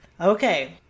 Okay